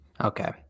okay